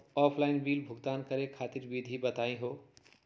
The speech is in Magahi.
ऑफलाइन बिल भुगतान करे खातिर विधि बताही हो?